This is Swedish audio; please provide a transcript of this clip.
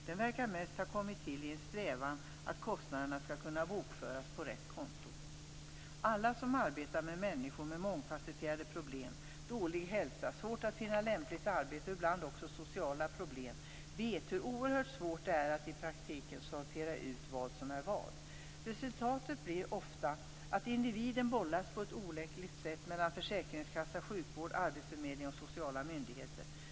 Den verkar mest ha kommit till i en strävan att kostnaderna skall kunna bokföras på rätt konto. Alla som arbetar med människor med mångfasetterade problem - dålig hälsa, svårt att finna lämpligt arbete och ibland också sociala problem - vet hur oerhört svårt det är att i praktiken sortera ut vad som är vad. Resultatet blir ofta att individen bollas på ett olyckligt sätt mellan försäkringskassa, sjukvård, arbetsförmedling och sociala myndigheter.